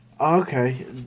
okay